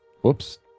whoops